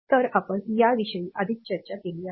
तर आपण याविषयी आधीच चर्चा केली आहे